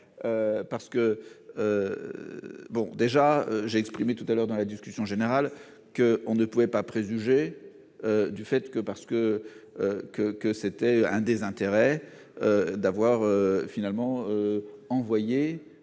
parce que bon, déjà j'ai exprimé tout à l'heure dans la discussion générale qu'on ne pouvait pas préjuger du fait que, parce que que que c'était un désintérêt d'avoir finalement envoyé